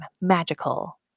Magical